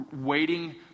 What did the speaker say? waiting